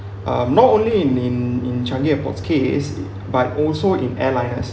uh not only in in in changi airport's case but also in airliners